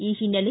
ಈ ಹಿನ್ನೆಲೆ